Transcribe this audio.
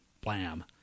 blam